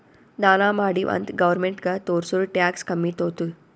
ದಾನಾ ಮಾಡಿವ್ ಅಂತ್ ಗೌರ್ಮೆಂಟ್ಗ ತೋರ್ಸುರ್ ಟ್ಯಾಕ್ಸ್ ಕಮ್ಮಿ ತೊತ್ತುದ್